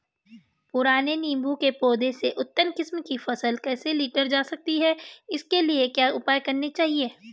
पुराने नीबूं के पौधें से उन्नत किस्म की फसल कैसे लीटर जा सकती है इसके लिए क्या उपाय करने चाहिए?